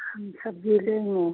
हम सब्ज़ी लेंगे